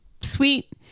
sweet